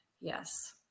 yes